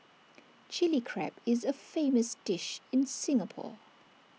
Chilli Crab is A famous dish in Singapore